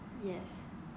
yes